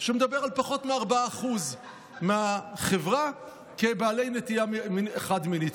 שמדבר על פחות מ-4% מהחברה כבעלי נטייה חד-מינית,